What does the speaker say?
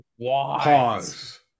Pause